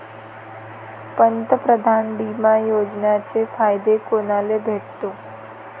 पंतप्रधान बिमा योजनेचा फायदा कुनाले भेटतो?